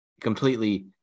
completely